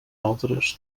altres